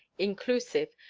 inclusive,